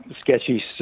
sketchy